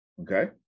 Okay